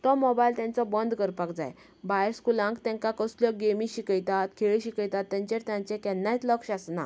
तो मोबायल तांचो बंद करपाक जाय भायर स्कुलाक तांकां कसली गेमी शिकयता खेळ शिकयता तांचेर तांचे केन्नाच लक्ष आसना